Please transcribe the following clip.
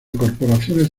corporaciones